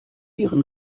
ihren